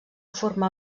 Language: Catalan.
formar